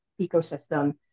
ecosystem